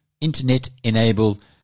internet-enabled